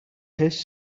his